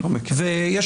זה הבית הזה מאזן.